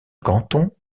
canton